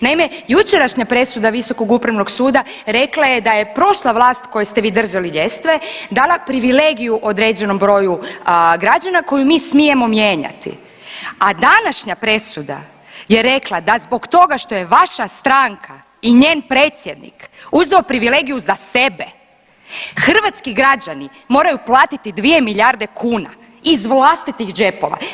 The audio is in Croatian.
Naime, jučerašnja presuda visokog upravnog suda rekla je da je prošla vlast kojoj ste vi držali ljestve dala privilegiju određenom broju građana koju mi smijemo mijenjati, a današnja presuda je rekla da zbog toga što je vaša stranka i njen predsjednik uzeo privilegiju za sebe hrvatski građani moraju platiti dvije milijarde kuna iz vlastitih džepova.